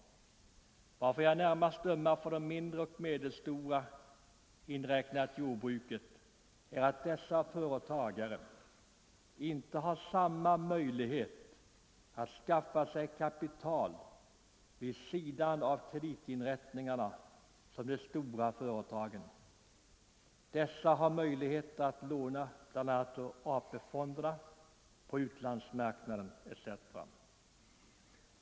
Att jag närmast ömmar för de mindre och medelstora företagen, inräknat jordbruket, beror på att dessa företag inte har samma möjlighet att skaffa sig kapital vid sidan av kreditinrättningarna som de stora företagen, vilka har möjligheter att låna av AP-fonderna, på utlandsmarknaden etc.